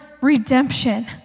redemption